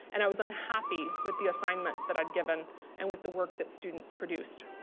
and i was unhappy with the assignments that i'd given and with the work that students produced.